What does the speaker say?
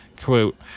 Quote